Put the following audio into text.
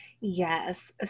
Yes